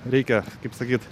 reikia kaip sakyt